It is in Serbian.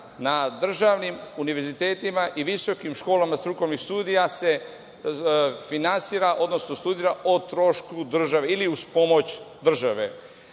na državnim univerzitetima i visokim školama strukovnih studija se finansira, odnosno studira o trošku države ili uz pomoć države.